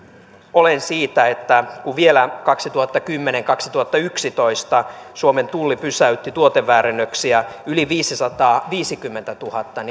olen siitä että kun vielä kaksituhattakymmenen viiva kaksituhattayksitoista suomen tulli pysäytti tuoteväärennöksiä yli viisisataaviisikymmentätuhatta